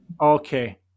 Okay